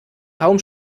kaum